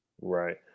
Right